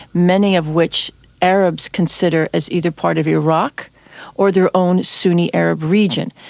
many of which arabs consider as either part of iraq or their own sunni arab region.